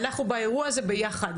אנחנו באירוע הזה ביחד.